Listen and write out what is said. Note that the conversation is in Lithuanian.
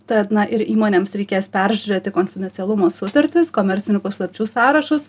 tad na ir įmonėms reikės peržiūrėti konfidencialumo sutartis komercinių paslapčių sąrašus